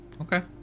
Okay